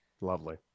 Lovely